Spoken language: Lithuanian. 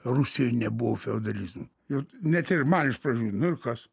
rusijoj nebuvo feodalizmo ir net ir man iš pradžių nu ir kas